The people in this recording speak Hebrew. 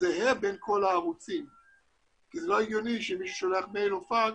זהה בין כל הערוצים כי זה לא הגיוני שמי ששולח מייל או פקס,